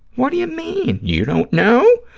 what do you mean? you don't know?